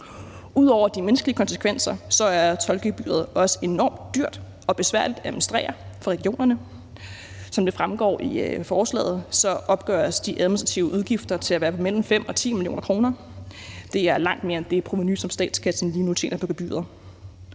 Ud over de menneskelige konsekvenser er tolkegebyret også enormt dyrt og besværligt at administrere for regionerne. Som det fremgår af forslaget, opgøres de administrative udgifter til at være mellem 5 og 10 mio. kr. Det er langt mere end det provenu, som statskassen lige nu tjener på gebyret.